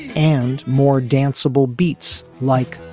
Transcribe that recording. and more danceable beats like.